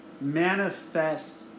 manifest